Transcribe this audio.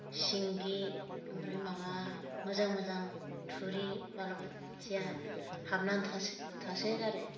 सिंगि ओमफ्राय माबा मोजां मोजां थुरि मालाबा थिया हाबनानै थायो थासोगारो